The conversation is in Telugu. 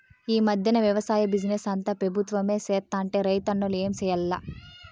ఈ మధ్దెన మన వెవసాయ బిజినెస్ అంతా పెబుత్వమే సేత్తంటే రైతన్నలు ఏం చేయాల్ల